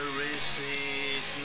receipt